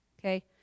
Okay